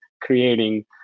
creating